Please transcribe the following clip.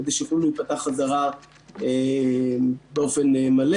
כדי שיוכלו להיפתח חזרה באופן מלא.